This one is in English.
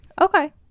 Okay